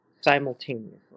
simultaneously